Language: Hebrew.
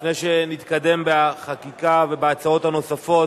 לפני שנתקדם בחקיקה ובהצעות הנוספות,